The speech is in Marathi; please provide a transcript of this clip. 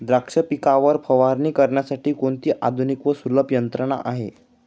द्राक्ष पिकावर फवारणी करण्यासाठी कोणती आधुनिक व सुलभ यंत्रणा आहे?